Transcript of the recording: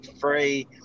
free